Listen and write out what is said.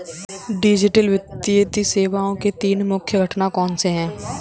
digital वित्तीय सेवाओं के तीन मुख्य घटक कौनसे हैं